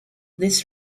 this